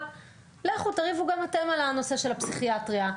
ילכו ויריבו גם הם על הנושא של הפסיכיאטריה.